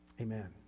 Amen